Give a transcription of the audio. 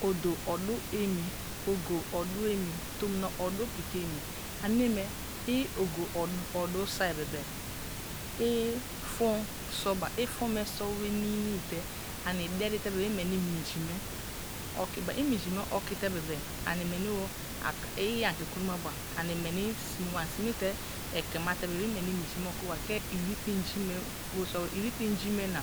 Odo odu emi, ogo odu emi, tomina odu peki emi aniye me, i ogo odu so̱ai be̱be̱ i fum soba, fun me so̱ wenii te ani desa te bebe i mens minji me oki ba a ominji me oki te be̱be̱ i ani ke kuro ma ba ani mens sime te jebema te bebe imei minje me obtriba lae i te te nje me bu sua ba, ir te ingi me na